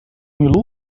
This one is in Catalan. mil